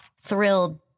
thrilled